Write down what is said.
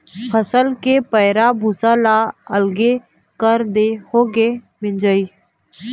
फसल के पैरा भूसा ल अलगे कर देए होगे मिंजई